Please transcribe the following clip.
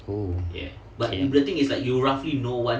oh okay